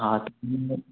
हा